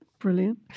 brilliant